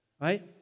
right